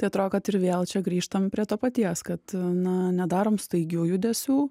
tai atrodo kad ir vėl čia grįžtam prie to paties kad na nedarome staigių judesių